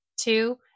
Two